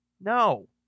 No